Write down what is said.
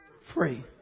free